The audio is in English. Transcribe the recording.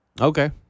Okay